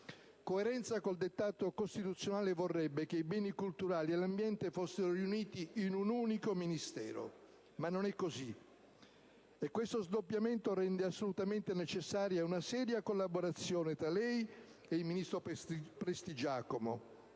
Coerenza con il dettato costituzionale vorrebbe che i beni culturali e l'ambiente fossero riuniti in un unico Ministero, ma non è così. Lo sdoppiamento rende assolutamente necessaria una seria collaborazione tra lei e il ministro Prestigiacomo.